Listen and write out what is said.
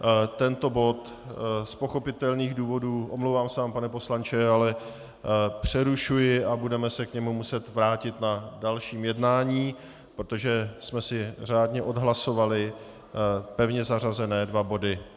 Z pochopitelných důvodů omlouvám se vám, pane poslanče přerušuji tento bod a budeme se k němu muset vrátit na dalším jednání, protože jsme si řádně odhlasovali pevně zařazené dva body.